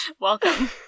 Welcome